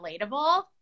relatable